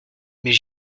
mais